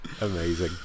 amazing